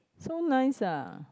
so nice ah